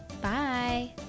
Bye